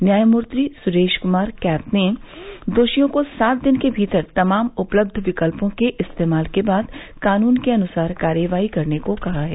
न्यायमूर्ति सुरेश कुमार कैत ने दोषियों को सात दिन के भीतर तमाम उपलब्ध विकल्पों के इस्तेमाल के बाद कानून के अनुसार कार्रवाई करने को कहा है